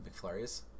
McFlurries